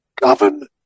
govern